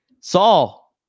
Saul